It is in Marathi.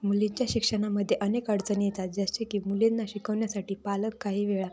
मुलींच्या शिक्षणामध्ये अनेक अडचणी येतात जसे की मुलींना शिकवण्यासाठी पालक काही वेळा